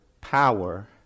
power